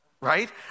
Right